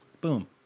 Boom